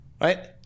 right